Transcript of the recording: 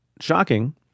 shocking